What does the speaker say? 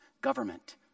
government